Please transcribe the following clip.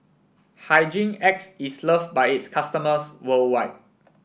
Hygin X is loved by its customers worldwide